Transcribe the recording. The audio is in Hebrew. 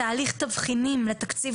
תהליך תבחינים לתקציב,